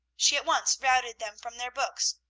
she at once routed them from their books,